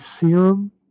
serum